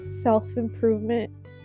self-improvement